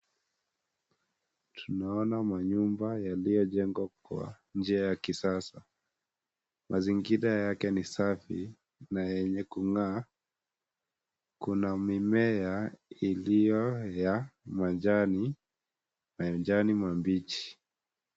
Tunaona majumba yaliyojengwa kwa njia ya kisasa. Mazingira yake ni safi na yenye kung'aa. Kuna mimea iliyo ya majani mabichi.